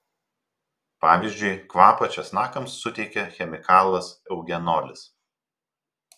pavyzdžiui kvapą česnakams suteikia chemikalas eugenolis